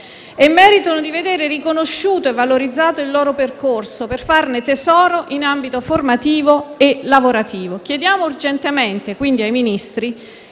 e di vedere riconosciuto e valorizzato il loro percorso, per farne tesoro in ambito formativo e lavorativo. Chiediamo urgentemente, quindi, ai Ministri,